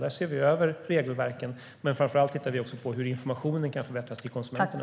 Där ser vi över regelverken. Framför allt tittar vi på hur informationen kan förbättras till konsumenterna.